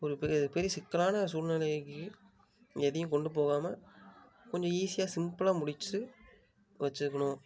ஒரு பெரிய பெரிய சிக்கலான சூழ்நிலைக்கு எதையும் கொண்டு போகாமல் கொஞ்சம் ஈஸியாக சிம்பிளாக முடிச்சு வச்சிக்கணும்